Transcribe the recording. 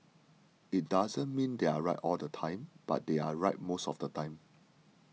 it doesn't mean they are right all the time but they are right most of the time